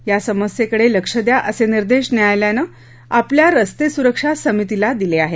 या समस्येकडे लक्ष द्या असे निर्देश न्यायालयानं आपल्या रस्ते सुरक्षा समितीला दिले आहेत